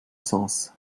sens